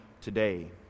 today